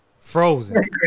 Frozen